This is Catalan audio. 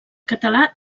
català